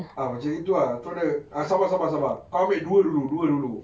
ah macam gitu ah so dia ah sabar sabar sabar kau ambil dua dulu dua dulu